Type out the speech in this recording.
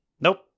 nope